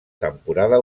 temporada